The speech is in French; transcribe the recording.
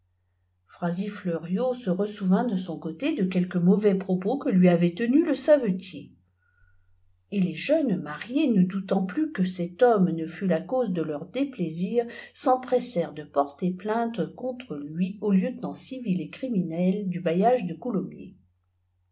fleuriot se ressouvint de son côté de quelques mauvais propos que lui avait tenus le savetier les jeunes mariés ne doutant plus que cet homme ne fût la cause deieur déplaisir s'empressèrent de porter plainte contre lui au lieutenant civil et criminel du bailliage de coulommiers